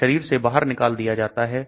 यह शरीर से बाहर निकाल दिया जाता है